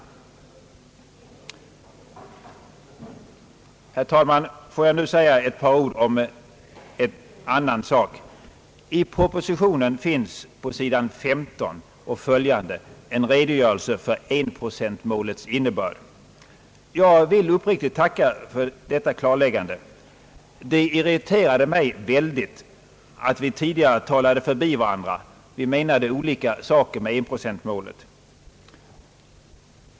Herr talman! Jag vill nu säga ett par ord om en helt annan sak. I propositionen finns på sidan 15 och följande en redogörelse för enprocentmålets in nebörd. Jag vill uppriktigt tacka för detta klarläggande. Det irriterade mig mycket att vi tidigare talade förbi varandra, vi menade olika saker med enprocentmålet.